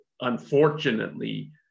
unfortunately